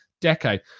decade